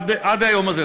עד היום הזה,